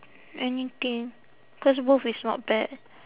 anything cause both is not bad